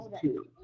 two